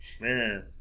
Man